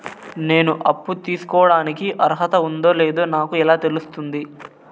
నేను అప్పు తీసుకోడానికి అర్హత ఉందో లేదో నాకు ఎలా తెలుస్తుంది?